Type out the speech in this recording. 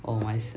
oh my